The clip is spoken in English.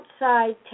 outside